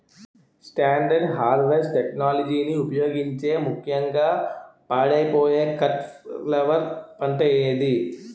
Standard harvest టెక్నాలజీని ఉపయోగించే ముక్యంగా పాడైపోయే కట్ ఫ్లవర్ పంట ఏది?